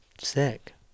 Sick